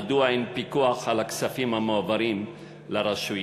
מדוע אין פיקוח על הכספים המועברים לרשויות?